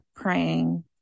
praying